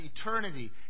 eternity